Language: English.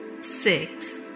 six